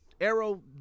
Arrow